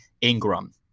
Ingram